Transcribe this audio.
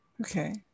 Okay